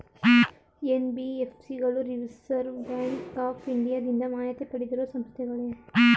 NBFC ಗಳು reserve bank of ಇಂಡಿಯಾದಿಂದ ಮಾನ್ಯತೆ ಪಡೆದಿರುವ ಸಂಸ್ಥೆಗಳೇ?